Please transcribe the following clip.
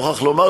מוכרח לומר,